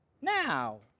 Now